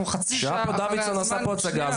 אנחנו חצי שעה אחרי הזמן.